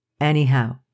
Anyhow